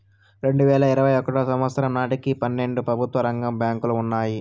రెండువేల ఇరవై ఒకటో సంవచ్చరం నాటికి పన్నెండు ప్రభుత్వ రంగ బ్యాంకులు ఉన్నాయి